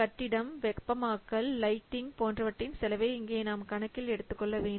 கட்டிடம் வெப்பமாக்கல் லைட்டிங் போன்றவற்றின் செலவை இங்கே நாம் கணக்கில் எடுத்துக்கொள்ள வேண்டும்